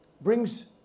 brings